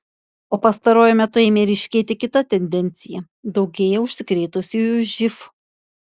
o pastaruoju metu ėmė ryškėti kita tendencija daugėja užsikrėtusiųjų živ